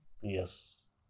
Yes